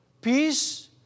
peace